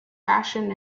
fashion